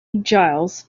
giles